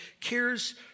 cares